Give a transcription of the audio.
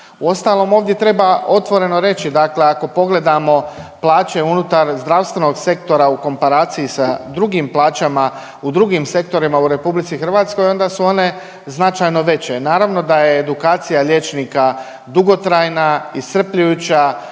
Uostalom ovdje treba otvoreno reći, dakle ako pogledamo plaće unutar zdravstvenog sektora u komparaciji sa drugim plaćama u drugim sektorima u RH onda su one značajno veće. Naravno da je edukacija liječnika dugotrajna, iscrpljujuća,